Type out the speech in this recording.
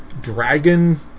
dragon